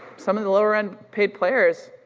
some of the lower end paid players,